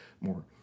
more